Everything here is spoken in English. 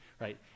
right